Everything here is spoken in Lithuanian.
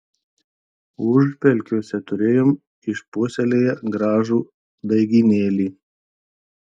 užpelkiuose turėjom išpuoselėję gražų daigynėlį